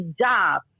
job